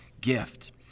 gift